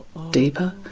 deeper,